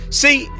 see